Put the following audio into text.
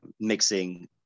mixing